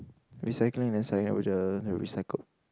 recycling then the recycled